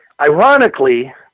ironically